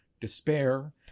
despair